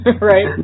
right